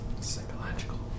Psychological